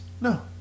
No